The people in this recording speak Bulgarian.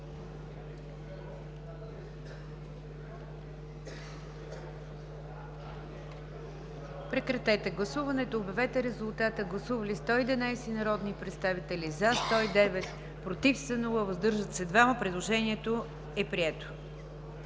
Прекратете гласуването и обявете резултата. Гласували 212 народни представители: за 177, против 1, въздържали се 34. Предложението е прието.